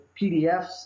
PDFs